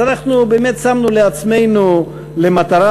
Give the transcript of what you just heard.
אז אנחנו באמת שמנו לעצמנו למטרה,